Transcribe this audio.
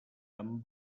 amb